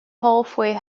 halfway